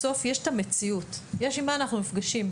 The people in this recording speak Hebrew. בסוף יש מציאות ועם מה שאנחנו נפגשים,